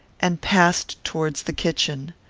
and passed towards the kitchen.